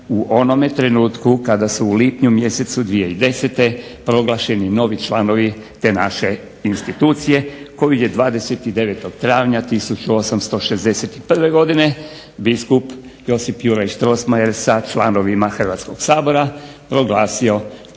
u onome trenutku kada su u lipnju mjesecu 2010. proglašeni novi članovi te naše institucije koju je 29. travnja 1861. godine biskup Josip Juraj Strossmayer sa članovima Hrvatskog sabora proglasio